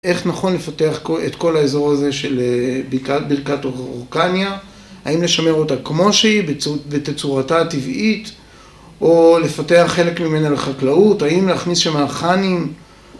איך נכון לפתח את כל האזור הזה של בקעת הורקניה? האם לשמר אותה כמו שהיא, בתצורתה הטבעית? או לפתח חלק ממנה לחקלאות? האם להכניס שמה חאנים?